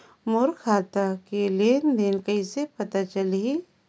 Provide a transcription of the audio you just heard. मोर खाता के लेन देन कइसे पता चलही?